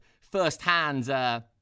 first-hand